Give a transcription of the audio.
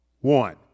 one